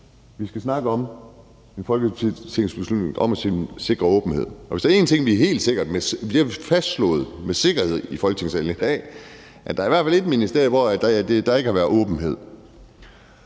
Vi skal snakke om et beslutningsforslag om at sikre åbenhed, og der er en ting, vi med sikkerhed har fastslået i Folketingssalen i dag, og det er, at der i hvert fald er et ministerium, hvor der ikke har været åbenhed.